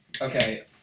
Okay